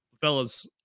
Fellas